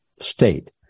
state